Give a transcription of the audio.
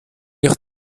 ich